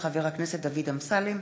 של חבר הכנסת דוד אמסלם